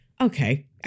okay